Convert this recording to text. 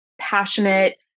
passionate